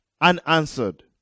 unanswered